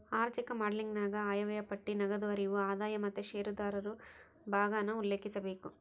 ಆಋಥಿಕ ಮಾಡೆಲಿಂಗನಾಗ ಆಯವ್ಯಯ ಪಟ್ಟಿ, ನಗದು ಹರಿವು, ಆದಾಯ ಮತ್ತೆ ಷೇರುದಾರರು ಭಾಗಾನ ಉಲ್ಲೇಖಿಸಬೇಕು